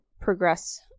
progress